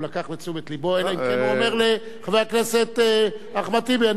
אלא אם כן הוא אומר לחבר הכנסת אחמד טיבי: אני הולך לבצע את זה.